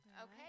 Okay